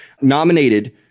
nominated